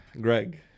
Greg